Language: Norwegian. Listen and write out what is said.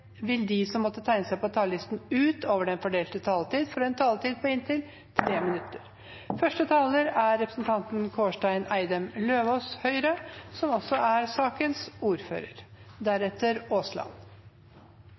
vil de som måtte tegne seg på talerlisten utover den fordelte taletid, få en taletid på inntil 3 minutter. Jeg vil begynne med å takke komiteen. Vi har jobbet godt og lenge med denne saken, og det er